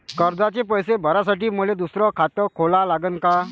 कर्जाचे पैसे भरासाठी मले दुसरे खाते खोला लागन का?